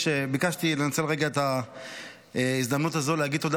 ביקשתי לנצל רגע את ההזדמנות הזו להגיד תודה